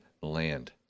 land